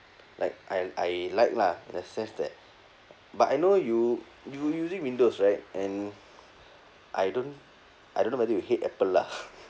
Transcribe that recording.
like I I like lah in a sense that but I know you you using windows right and I don't I don't know whether you hate apple lah